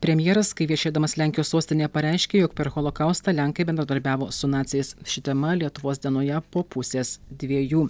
premjeras kai viešėdamas lenkijos sostinėje pareiškė jog per holokaustą lenkai bendradarbiavo su naciais ši tema lietuvos dieinoje po pusės dviejų